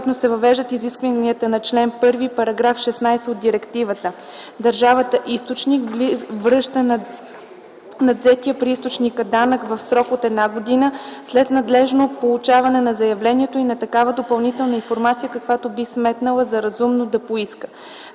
въвеждат изискванията на чл. 1, § 16 от Директивата: „Държавата източник връща надвзетия при източника данък в срок от една година след надлежно получаване на заявлението и на такава допълнителна информация, каквато би сметнала за разумно да поиска.“